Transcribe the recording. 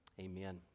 Amen